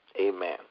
Amen